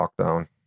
lockdown